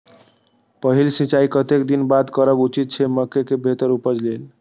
पहिल सिंचाई कतेक दिन बाद करब उचित छे मके के बेहतर उपज लेल?